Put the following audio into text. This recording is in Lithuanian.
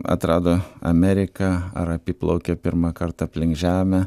atrado ameriką ar apiplaukė pirmą kartą aplink žemę